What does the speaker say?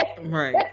Right